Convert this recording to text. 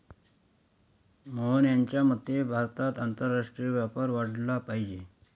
मोहन यांच्या मते भारतात आंतरराष्ट्रीय व्यापार वाढला पाहिजे